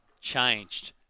changed